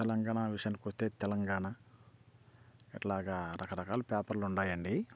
తెలంగాణ విషయానికి వస్తే తెలంగాణ ఇట్లాగా రకరకాల పేపర్లు ఉన్నాయండి